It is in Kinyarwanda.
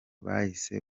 bahise